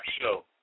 Show